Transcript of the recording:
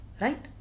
right